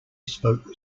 spoke